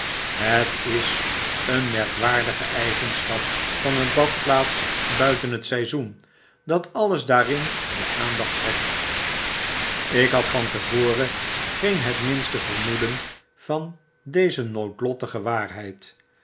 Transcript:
het is een merkwaardige eigenschap van een badplaats buiten het seizoen dat alles daarin de aandacht trekt ik had van te voren geen het minste vermoeden van deze noodiottige waarheid